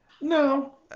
no